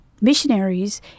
missionaries